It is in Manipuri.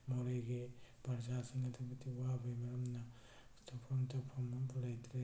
ꯃꯣꯔꯦꯒꯤ ꯄ꯭ꯔꯖꯥꯁꯤꯡ ꯑꯗꯨꯛꯀꯤ ꯃꯇꯤꯛ ꯋꯥꯕꯩ ꯃꯔꯝꯅ ꯁꯨꯐꯝ ꯇꯧꯐꯝ ꯑꯃꯐꯥꯎ ꯂꯩꯇ꯭ꯔꯦ